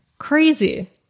Crazy